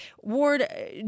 Ward